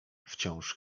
wciąż